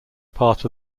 part